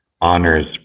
honors